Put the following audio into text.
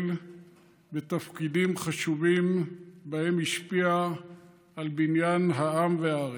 ולתפקידים חשובים שבהם השפיע על בניין העם והארץ.